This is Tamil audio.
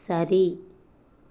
சரி